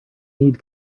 need